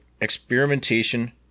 experimentation